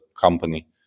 company